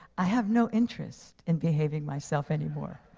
i have no interest in behaving myself anymore.